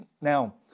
Now